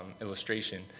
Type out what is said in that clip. illustration